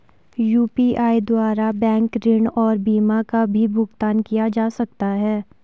UPI द्वारा bank ऋण और बीमा का भी भुगतान किया जा सकता है?